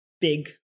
big